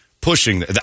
pushing